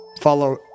Follow